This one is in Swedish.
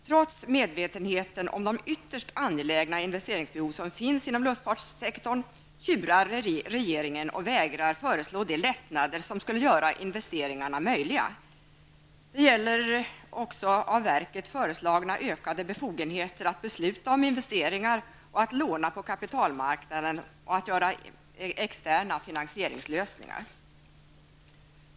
Trots medvetenheten om de ytterst angelägna investeringsbehov som finns inom luftfartssektorn, tjurar regeringen och vägrar föreslå de lättnader som skulle göra investeringarna möjliga. Det gäller även av verket föreslagna ökade befogenheter att besluta om investeringar och att låna på kapitalmarknaden samt att få göra externa finansieringslösningar.